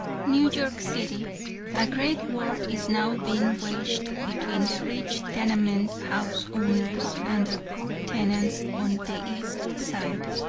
new york city a great war is now being waged between the rich tenement house owners and their poor tenants on the east side,